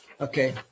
Okay